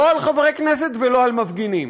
לא על חברי כנסת ולא על מפגינים.